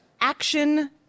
action